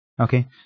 Okay